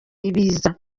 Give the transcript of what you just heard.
ibiza